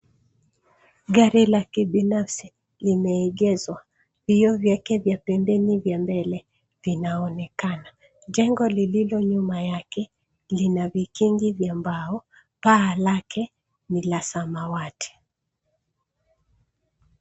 Gari la kibinafsi limeegezwa. Vioo vyake vya pembeni vya mbele vinaonekana. Jengo lililo nyuma yake ,lina vitingi vya mbao. Paa lake ni la samawati